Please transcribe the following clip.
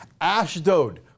Ashdod